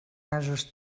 gasos